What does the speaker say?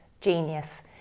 genius